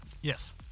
Yes